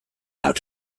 out